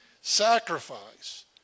sacrifice